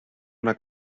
una